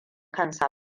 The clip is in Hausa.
kansa